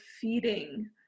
feeding